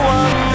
one